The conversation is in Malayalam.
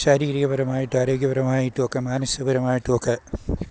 ശാരീരികപരമായിട്ട് ആരോഗ്യപരമായിട്ടും ഒക്കെ മാനസികപരമായിട്ടും ഒക്കെ